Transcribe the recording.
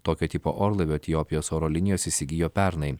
tokio tipo orlaivių etiopijos oro linijos įsigijo pernai